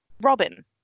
Robin